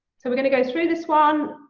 so we're gonna go through this one,